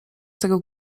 tego